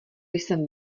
jsem